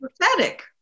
prophetic